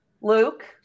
Luke